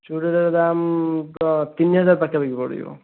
ଚୁଡ଼ିର ଦାମ୍ ତ ତିନି ହଜାର ପାଖାପାଖି ପଡ଼ିଯିବ